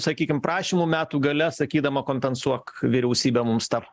sakykim prašymų metų gale sakydama kompensuok vyriausybe mums tą